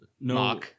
no